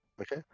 okay